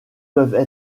peuvent